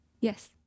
Yes